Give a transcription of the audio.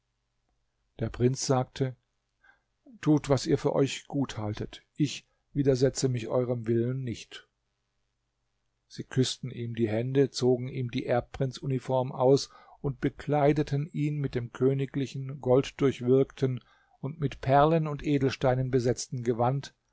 der prinz sagte tut was ihr für euch gut haltet ich widersetze mich euerem willen nicht sie küßten ihm die hände zogen ihm die erbprinz uniform aus und bekleideten ihn mit dem königlichen golddurchwirkten und mit perlen und edelsteinen besetzten gewand